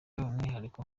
umwihariko